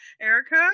Erica